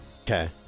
Okay